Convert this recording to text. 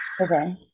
okay